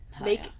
make